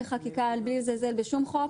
מבלי לזלזל בשום חוק,